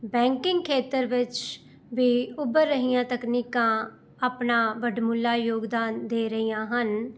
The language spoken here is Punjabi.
ਬੈਂਕਿੰਗ ਖੇਤਰ ਵਿੱਚ ਵੀ ਉੱਭਰ ਰਹੀਆਂ ਤਕਨੀਕਾਂ ਆਪਣਾ ਵਡਮੁੱਲਾ ਯੋਗਦਾਨ ਦੇ ਰਹੀਆਂ ਹਨ